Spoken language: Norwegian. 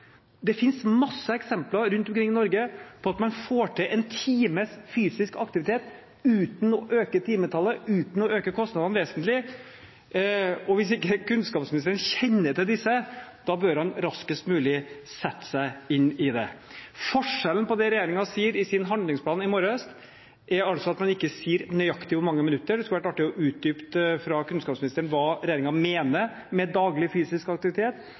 Det finnes rundt omkring i Norge mange eksempler på at man får til én times fysisk aktivitet uten å øke timetallet, uten å øke kostnadene vesentlig. Hvis kunnskapsministeren ikke kjenner til disse, bør han raskest mulig sette seg inn i det. Forskjellen når det gjelder det regjeringen sier i sin handlingsplan i morges, er at man ikke sier nøyaktig hvor mange minutter. Det skulle vært artig å få utdypet fra kunnskapsministeren hva regjeringen mener med «daglig fysisk aktivitet»,